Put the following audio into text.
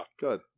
Good